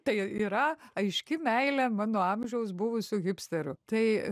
tai yra aiški meilė mano amžiaus buvusių hipsterių tai